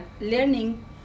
learning